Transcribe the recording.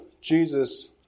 Jesus